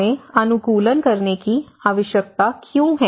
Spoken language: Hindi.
हमें अनुकूलन करने की आवश्यकता क्यों है